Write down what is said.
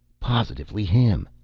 positively him!